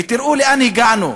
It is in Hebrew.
ותראו לאן הגענו,